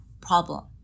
problem